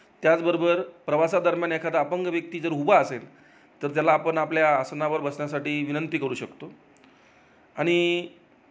त्याचबरोबर प्रवासा दरम्यान एखादा अपंग व्यक्ती जर उभा असेल तर त्याला आपण आपल्या आसनावर बसण्यासाठी विनंती करू शकतो आणि